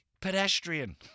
pedestrian